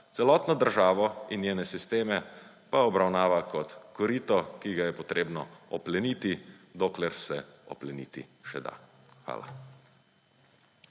celotno državo in njene sisteme pa obravnava kot korito, ki ga je potrebno opleniti, dokler se opleniti še da. Hvala.